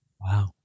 Wow